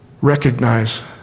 recognize